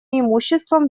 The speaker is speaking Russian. имуществом